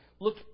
look